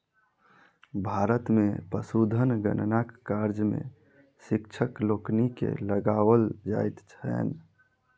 भारत मे पशुधन गणना कार्य मे शिक्षक लोकनि के लगाओल जाइत छैन